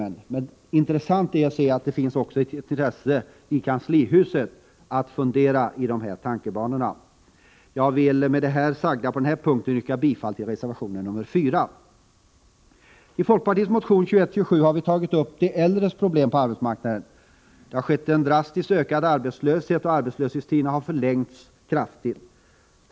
Det bör dock noteras att det också i kanslihuset finns ett intresse av att fundera i dessa tankebanor. Jag vill med det sagda på denna punkt yrka bifall till reservation nr 4. I folkpartiets motion 2127 har vi tagit upp de äldres problem på arbetsmarknaden. De äldres arbetslöshet har ökat drastiskt, och arbetslöshetstiderna har förlängts kraftigt.